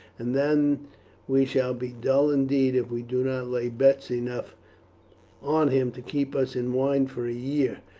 and then we shall be dull indeed if we do not lay bets enough on him to keep us in wine for a year.